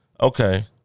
Okay